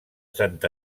sant